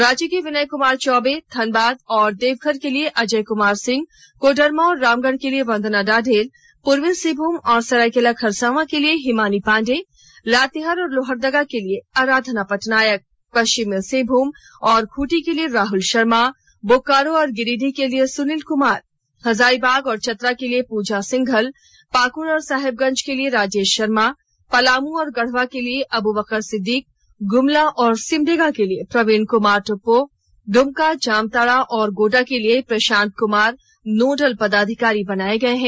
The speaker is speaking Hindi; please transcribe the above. रांची के लिए विनय क्मार चौबे धनबाद और देवघर के लिए अजय क्मार सिंह कोडरमा और रामगढ़ के लिए वंदना डाडेल पूर्वी सिंहमूम और सरायकेला खरसांवा के लिए हिमानी पांडेय लातेहार और लोहरदगा के लिए आराधना पटनायक पश्चिमी सिंहभुमम औ खुंटी के लिए राहल शर्मा बोकारो और गिरिडीह के लिए सुनील कुमार हजारीबाग और चतरा के लिए प्रजा सिंघल पाक्ड़ और साहेबगंज के लिए राजेश शर्मा पलामू और गढ़वा के लिए अबुबकर सिद्दीक ग्रमला और सिमडेगा के लिए प्रवीण कुमार टौप्पो दुमका जामताड़ा और गोड्डा के लिए प्रशांत कुमार नोडल पदाधिकारी बनाए गए हैं